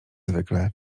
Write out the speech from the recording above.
zwykle